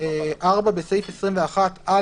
(4)בסעיף 21א,